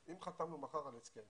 אם חתמנו מחר על הסכם